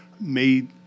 made